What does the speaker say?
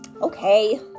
Okay